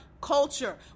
culture